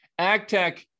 AgTech